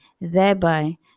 thereby